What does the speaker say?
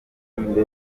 mbere